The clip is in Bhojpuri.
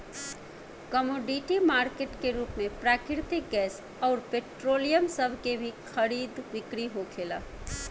कमोडिटी मार्केट के रूप में प्राकृतिक गैस अउर पेट्रोलियम सभ के भी खरीद बिक्री होखेला